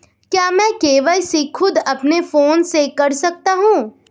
क्या मैं के.वाई.सी खुद अपने फोन से कर सकता हूँ?